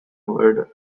word